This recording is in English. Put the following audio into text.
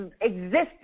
existing